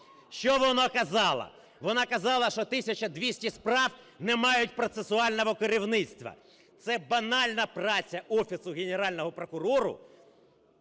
Що вона казала? Вона казала, що 1 тисяча 200 справ не мають процесуального керівництва. Це банальна праця Офісу Генерального прокурора